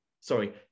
sorry